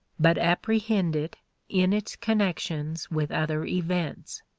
but apprehend it in its connections with other events.